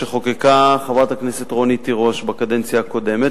שחוקקה חברת הכנסת רונית תירוש בקדנציה הקודמת,